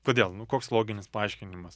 kodėl nu koks loginis paaiškinimas